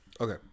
Okay